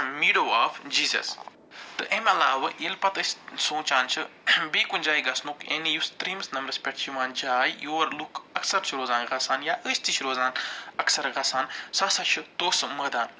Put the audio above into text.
میٖرو آف جیٖزٮ۪س تہٕ اَمہِ علاوٕ ییٚلہِ پتہٕ أسۍ سونٛچان چھِ بیٚیہِ کُنہِ جایہِ گژھنُک یعنی یُس ترٛیٚیِمِس نمبرس پٮ۪ٹھ چھِ یِوان چاے یور لُکھ اکثر چھِ روزان گَژھان یا أسۍ تہِ چھِ روزان اکثر گَژھان سُہ ہسا چھِ توسہٕ مٲدان